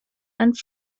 and